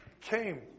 came